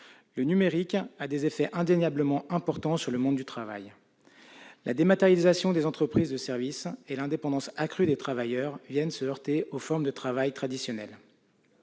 Le numérique a des effets indéniablement importants sur le monde du travail. La dématérialisation des entreprises de services et l'indépendance accrue des travailleurs se heurtent aux formes de travail traditionnel.